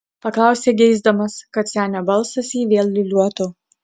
paklausė geisdamas kad senio balsas jį vėl liūliuotų